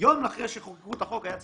יום אחרי שחוקקו את החוק היה צריך.